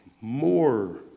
more